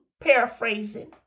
paraphrasing